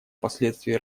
последствий